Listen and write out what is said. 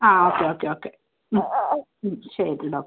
okay okay okay ശരി doctor